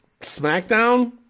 SmackDown